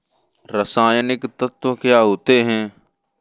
रसायनिक तत्व क्या होते हैं?